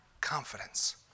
confidence